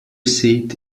seat